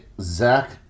Zach